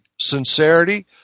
sincerity